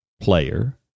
player